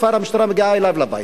כבר המשטרה מגיעה אליו הביתה.